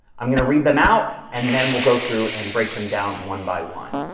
i'm going to read them out, and then we'll go through and break them down one by one.